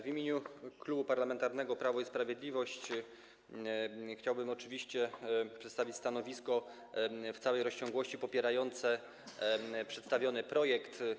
W imieniu Klubu Parlamentarnego Prawo i Sprawiedliwość chciałbym przedstawić stanowisko w całej rozciągłości popierające przedstawiony projekt.